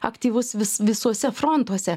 aktyvus vis visuose frontuose